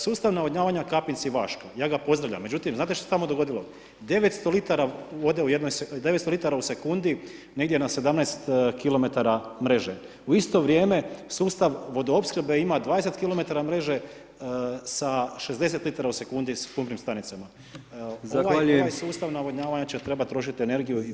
Sustav navodnjavanja Kapinci Vaška ja ga pozdravljam, međutim znate što se tamo dogodilo, 900 litara vode, 900 litara u sekundi negdje na 17 km mreže, u isto vrijeme sustav vodoopskrbe ima 20 km mreže sa 60 litara u sekundi s pumpnim stanicama [[Upadica: Zahvaljujem.]] ovaj sustav navodnjavanja će trebat trošit energiju…